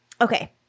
Okay